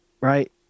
right